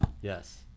yes